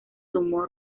sumó